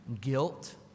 guilt